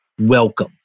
welcome